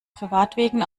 privatwegen